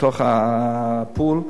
לתוך הפול.